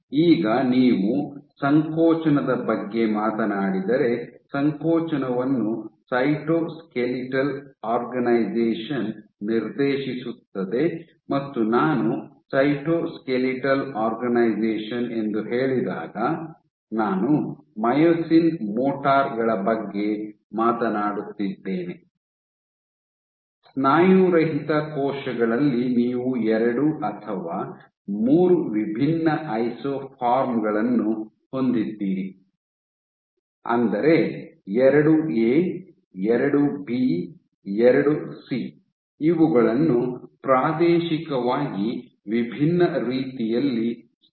ಈಗ ನೀವು ಸಂಕೋಚನದ ಬಗ್ಗೆ ಮಾತನಾಡಿದರೆ ಸಂಕೋಚನವನ್ನು ಸೈಟೋಸ್ಕೆಲಿಟಲ್ ಆರ್ಗನೈಝೇಷನ್ ನಿರ್ದೇಶಿಸುತ್ತದೆ ಮತ್ತು ನಾನು ಸೈಟೋಸ್ಕೆಲಿಟಲ್ ಆರ್ಗನೈಝೇಷನ್ ಎಂದು ಹೇಳಿದಾಗ ನಾನು ಮೈಯೋಸಿನ್ ಮೋಟರ್ ಗಳ ಬಗ್ಗೆ ಮಾತನಾಡುತ್ತಿದ್ದೇನೆ ಸ್ನಾಯುರಹಿತ ಕೋಶಗಳಲ್ಲಿ ನೀವು ಎರಡು ಅಥವಾ ಮೂರು ವಿಭಿನ್ನ ಐಸೋಫಾರ್ಮ್ ಗಳನ್ನು ಹೊಂದಿದ್ದೀರಿ ಅಂದರೆ II A II B II C ಇವುಗಳನ್ನು ಪ್ರಾದೇಶಿಕವಾಗಿ ವಿಭಿನ್ನ ರೀತಿಯಲ್ಲಿ ಸ್ಥಳೀಕರಿಸಲಾಗಿದೆ